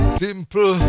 simple